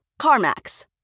CarMax